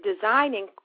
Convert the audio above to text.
designing